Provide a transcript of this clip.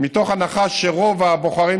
מתוך הנחה שרוב בוחריו